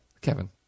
Kevin